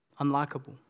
unlikable